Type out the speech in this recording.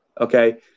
Okay